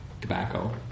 tobacco